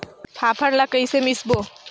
फाफण ला कइसे मिसबो?